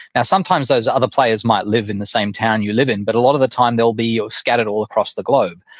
now, sometimes those other players might live in the same town you live in, but a lot of that time they'll be ah scattered all across the globe.